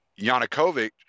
Yanukovych